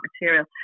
material